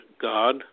God